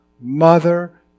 mother